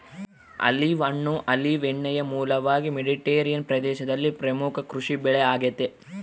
olive ಹಣ್ಣು olive ಎಣ್ಣೆಯ ಮೂಲವಾಗಿ ಮೆಡಿಟರೇನಿಯನ್ ಪ್ರದೇಶದಲ್ಲಿ ಪ್ರಮುಖ ಕೃಷಿಬೆಳೆ ಆಗೆತೆ